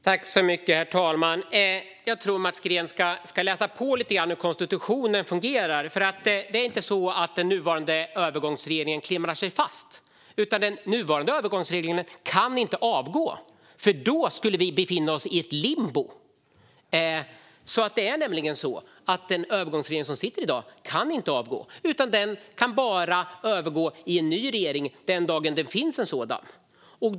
Herr talman! Jag tycker att Mats Green ska läsa på lite grann hur konstitutionen fungerar. Det är inte så att den nuvarande övergångsregeringen klamrar sig fast. Den nuvarande övergångsregeringen kan inte avgå. Då skulle vi befinna oss i limbo. Den nuvarande övergångsregeringen kan inte avgå, utan den kan bara ersättas med en ny regering den dag som det finns en sådan.